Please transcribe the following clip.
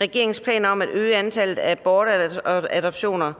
regeringens planer om at øge antallet af bortadoptioner